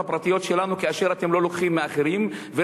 הפרטיות שלנו כאשר אתם לא לוקחים מאחרים,